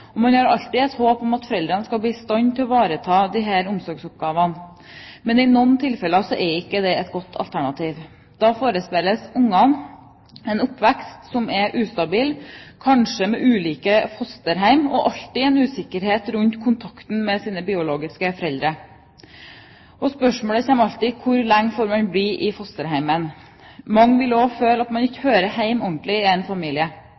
skal bli i stand til å ivareta disse omsorgsoppgavene, men i noen tilfeller er ikke det et godt alternativ. Da forespeiles barna en ustabil oppvekst, kanskje med ulike fosterhjem og alltid en usikkerhet rundt kontakten med sine biologiske foreldre. Spørsmålet blir alltid: Hvor lenge får man bli i fosterhjemmet? Mange vil også føle at de ikke hører ordentlig hjemme i en familie.